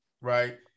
right